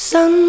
Sun